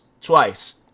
twice